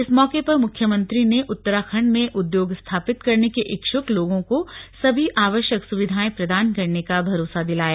इस मौके पर मुख्यमंत्री ने उत्तराखण्ड में उद्योग स्थापित करने के इच्छुक लोगों को सभी आवश्यक सुविधाएं प्रदान करने का भरोसा दिलाया